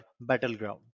battleground